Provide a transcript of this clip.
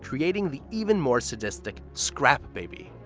creating the even more sadistic scrap baby.